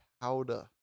powder